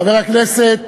חבר הכנסת